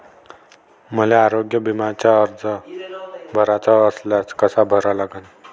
मले आरोग्य बिम्याचा अर्ज भराचा असल्यास कसा भरा लागन?